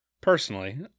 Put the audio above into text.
personally